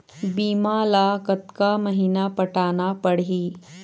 बीमा ला कतका महीना पटाना पड़ही?